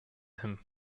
him